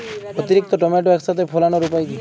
অতিরিক্ত টমেটো একসাথে ফলানোর উপায় কী?